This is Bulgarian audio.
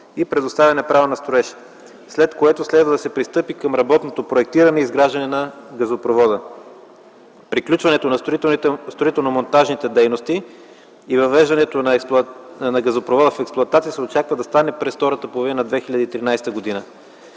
и предоставяне на право за строеж. След това ще се пристъпи към работното проектиране и изграждане на газопровода. Приключването на строително-монтажните дейности и въвеждането на газопровода в експлоатация се очаква да стане през втората половина на 2013 г.